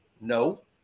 No